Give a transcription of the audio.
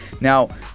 Now